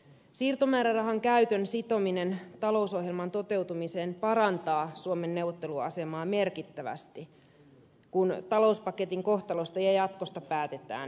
siirtomäärärahan käytön sitominen talousohjelman toteutumiseen parantaa suomen neuvotteluasemaa merkittävästi kun talouspaketin kohtalosta ja jatkosta päätetään euroopassa